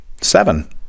seven